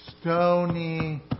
stony